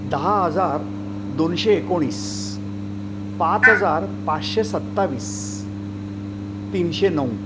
दहा हजार दोनशे एकोणीस पाच हजार पाचशे सत्तावीस तीनशे नऊ